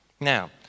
Now